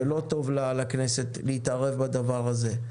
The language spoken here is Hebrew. ולא טוב לכנסת להתערב בדבר הזה.